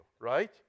right